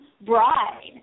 bride